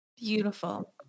Beautiful